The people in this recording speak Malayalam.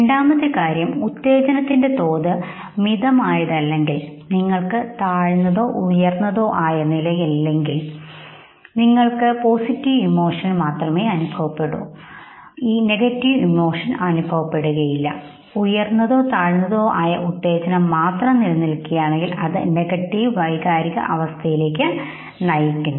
രണ്ടാമത്തെ കാര്യം ഉത്തേജനത്തിന്റെ തോത് മിതമായതാണെങ്കിൽ ഞങ്ങൾക്ക് താഴ്ന്നതോ ഉയർന്നതോ ആയ നിലയില്ലെങ്കിൽ നിങ്ങൾക്ക് പോസിറ്റീവ് ഇമോഷൻ അനുഭവപ്പെടും നിങ്ങൾക്ക് നെഗറ്റീവ് ഇമോഷൻ അനുഭവപ്പെടില്ല പക്ഷേ ഉയർന്നതോ താഴ്ന്നതോ ആയ ഉത്തേജനം മാത്രം നിലനിൽക്കുകയാണെങ്കിൽ അത് നെഗറ്റീവ് വൈകാരിക അവസ്ഥയിലേക്ക് നയിക്കുന്നു